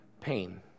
pain